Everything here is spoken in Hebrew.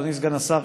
אדוני סגן השר,